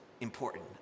important